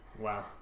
Wow